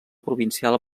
provincial